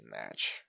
match